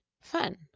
fun